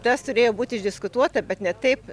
tas turėjo būti išdiskutuota bet ne taip